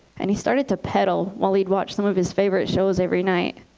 and he started to pedal while he'd watch some of his favorite shows every night.